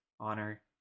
honor